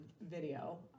video